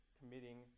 committing